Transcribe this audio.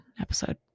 episode